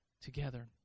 together